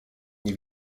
nie